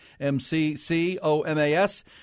M-C-C-O-M-A-S